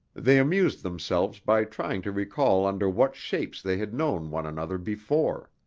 they amused themselves by trying to recall under what shapes they had known one another before.